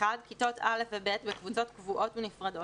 כיתות א' ו-ב' בקבוצות קבועות ונפרדות